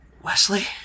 Wesley